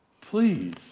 please